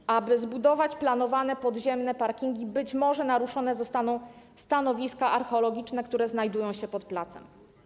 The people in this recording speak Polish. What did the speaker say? Aby można było zbudować planowane podziemne parkingi, być może naruszone zostaną stanowiska archeologiczne, które znajdują się pod placem.